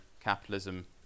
capitalism